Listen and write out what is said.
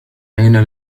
أين